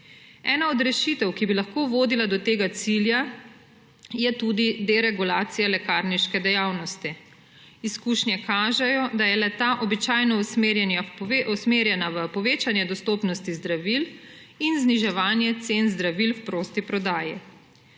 Ena od rešitev, ki bi lahko vodila do tega cilja, je tudi deregulacija lekarniške dejavnosti. Izkušnje kažejo, da je le-ta običajno usmerjena v povečanje dostopnosti zdravil in zniževanje cen zdravil v prosti prodaji.